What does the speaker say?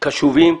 קשובים.